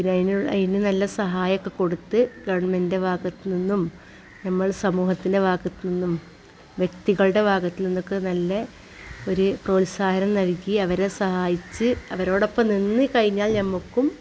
പിന്നെ അതിന് അതിന് നല്ല സഹായമൊക്കെ കൊടുത്ത് ഗവണ്മെൻ്റ് ഭാഗത്ത് നിന്നും നമ്മൾ സമൂഹത്തിൻ്റെ ഭാഗത്ത് നിന്നും വ്യക്തികളുടെ ഭാഗത്ത് നിന്നും ഒക്കെ നല്ല ഒരു പ്രോത്സാഹനം നൽകി അവരെ സഹായിച്ച് അവരോടൊപ്പം നിന്ന് കഴിഞ്ഞാൽ നമുക്കും